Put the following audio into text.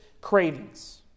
cravings